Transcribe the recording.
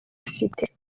afite